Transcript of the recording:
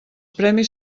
premis